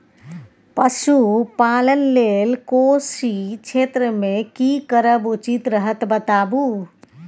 पशुपालन लेल कोशी क्षेत्र मे की करब उचित रहत बताबू?